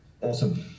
awesome